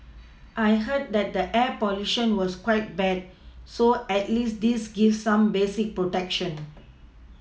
I heard that the air pollution was quite bad so at least this gives some basic protection